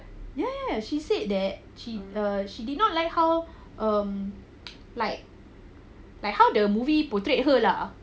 ya ya ya she said that she uh she did not like how um like like how the movie portrayed her lah